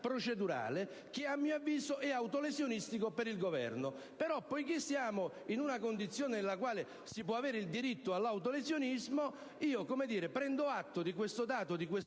procedurale che, a mio avviso, è autolesionistico per il Governo, però, poiché siamo in una condizione nella quale si può avere il diritto all'autolesionismo, prendo atto di questo dato, di questo